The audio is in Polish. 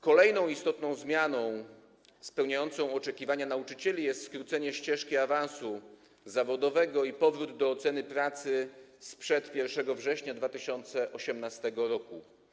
Kolejną istotną zmianą spełniającą oczekiwania nauczycieli jest skrócenie ścieżki awansu zawodowego i powrót do oceny pracy sprzed 1 września 2018 r.